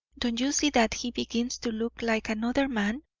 don't you see that he begins to look like another man?